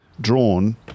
drawn